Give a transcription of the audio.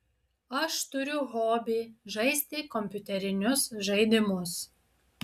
aš turiu hobį žaisti kompiuterinius žaidimus